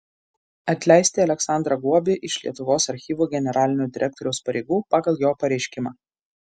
atleisti aleksandrą guobį iš lietuvos archyvų generalinio direktoriaus pareigų pagal jo pareiškimą